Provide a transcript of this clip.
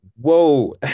whoa